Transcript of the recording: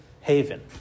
haven